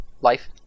life